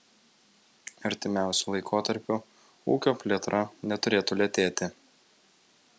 artimiausiu laikotarpiu ūkio plėtra neturėtų lėtėti